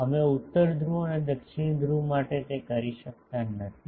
અમે ઉત્તર ધ્રુવ અને દક્ષિણ ધ્રુવ માટે તે કરી શકતા નથી